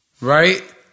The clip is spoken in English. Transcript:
Right